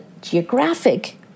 geographic